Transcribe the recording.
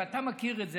ואתה מכיר את זה,